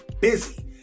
busy